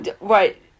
Right